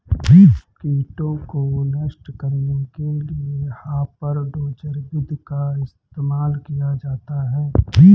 कीटों को नष्ट करने के लिए हापर डोजर विधि का इस्तेमाल किया जाता है